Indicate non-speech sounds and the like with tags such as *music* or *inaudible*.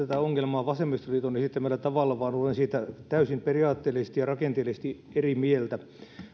*unintelligible* tätä ongelmaa vasemmistoliiton esittämällä tavalla vaan olen siitä periaatteellisesti ja rakenteellisesti täysin eri mieltä